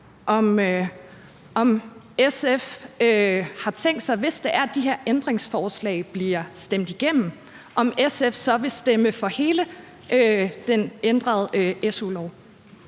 om SF har tænkt sig, hvis det er, at de her ændringsforslag bliver stemt igennem, at stemme for hele den ændrede su-lov.